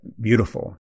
beautiful